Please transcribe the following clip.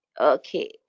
okay